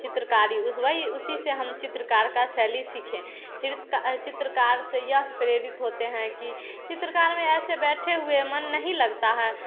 चित्रकारी उस वही उसी से हम चित्रकार का शैली सीखें का चित्रकार से यह प्रेरित होते है कि चित्रकार में ऐसे बैठे हुए मन नहीं लगता है